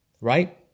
right